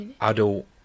adult